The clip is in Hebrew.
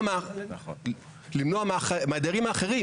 למנוע מהדיירים האחרים,